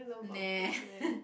meh